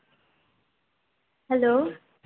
hello